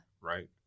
Right